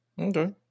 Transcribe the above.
okay